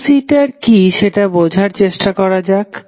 capacitor কি সেটা বোঝার চেষ্টা করা যাক